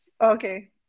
Okay